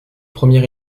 premier